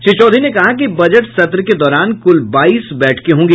श्री चौधरी ने कहा कि बजट सत्र के दौरान कुल बाईस बैठकें होंगी